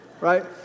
right